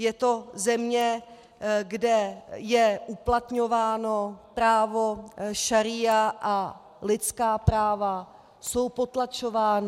Je to země, kde je uplatňováno právo šaría a lidská práva jsou potlačována.